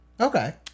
Okay